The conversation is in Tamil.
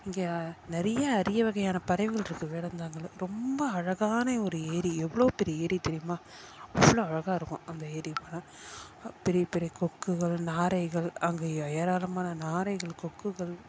இங்கே நிறைய அரிய வகையான பறவைகள் இருக்குது வேடந்தாங்கள்ல ரொம்ப அழகான ஒரு ஏரி எவ்வளோ பெரிய ஏரி தெரியுமா அவ்வளோ அழகாக இருக்கும் அந்த ஏரிக்கு போனால் பெரிய பெரிய கொக்குகள் நாரைகள் அங்க ஏ ஏராளமான நாரைகள் கொக்குகள்